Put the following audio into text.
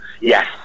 Yes